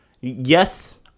yes